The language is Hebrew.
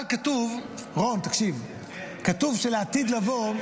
אבל כתוב רון, תקשיב, כתוב לעתיד לבוא,